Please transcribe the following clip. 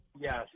Yes